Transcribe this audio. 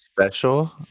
special